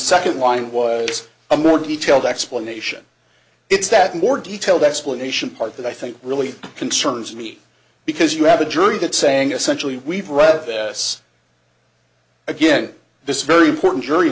second line was it's a more detailed explanation it's that more detailed explanation part that i think really concerns me because you have a jury that saying essentially we've read this again this very important jury